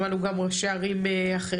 שמענו גם ראשי ערים אחרים,